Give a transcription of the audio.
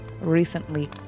recently